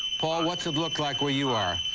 paul, what's it look like where you are?